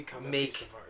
make